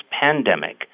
pandemic